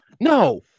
No